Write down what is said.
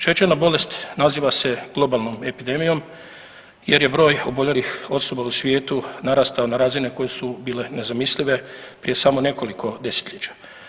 Šećerna bolest naziva se globalnom epidemijom jer je broj oboljelih osoba u svijetu narastao na razine koje su bile nezamislive prije samo nekoliko 10-ljeća.